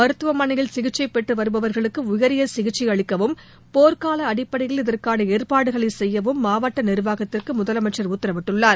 மருத்துவமனையில் சிகிச்சை பெற்று வருபவர்களுக்கு உயரிய சிகிச்சை அளிக்கவும் போர்க்கால அடிப்படையில் இதற்கான ஏற்பாடுகளை செய்யவும் மாவட்ட நிர்வாகத்திற்கு முதலமைச்சர் உத்தரவிட்டுள்ளார்